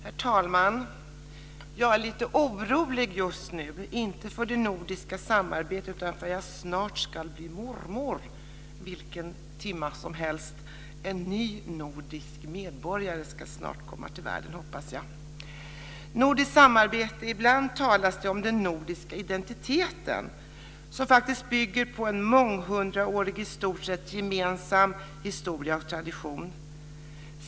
Herr talman! Jag är lite orolig just nu - inte för det nordiska samarbetet utan för att jag snart ska bli mormor! Vilken timme som helst ska en ny nordisk medborgare komma till världen, hoppas jag. Ibland talas det om den nordiska identiteten när det gäller nordiskt samarbete. Den bygger på en månghundraårig i stort sett gemensam historia och tradition.